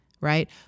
right